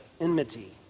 enmity